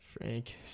Frank